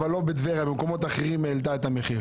אבל לא בטבריה במקומות אחרים העלתה את המחיר.